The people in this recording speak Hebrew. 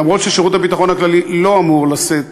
אף ששירות הביטחון הכללי לא אמור לשאת